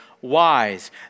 wise